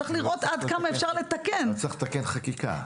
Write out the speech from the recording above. צריך לראות עד כמה אפשר לתקן --- אבל צריך לתקן את החקיקה.